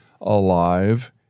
alive